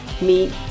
meet